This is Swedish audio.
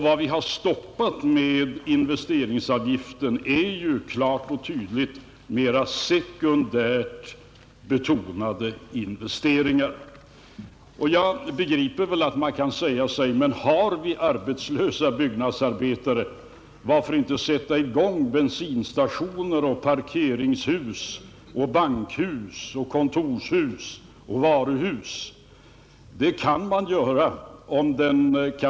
Vad vi har stoppat med investeringsavgiften är mera sekundärt betonade investeringar. Jag begriper väl att man kan fråga sig varför inte byggandet av bensinstationer, parkeringshus, bankhus, kontorshus och varuhus sätts i gång när byggnadsarbetare går arbetslösa.